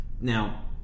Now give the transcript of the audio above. now